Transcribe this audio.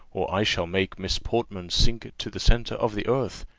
or i shall make miss portman sink to the centre of the earth,